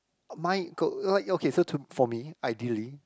uh my k like okay so to for me ideally